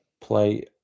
play